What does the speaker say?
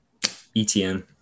ETN